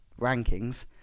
rankings